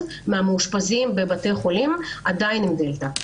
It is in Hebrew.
מהמאושפזים בבתי החולים הם עדיין עם דלתא.